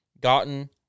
gotten